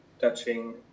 touching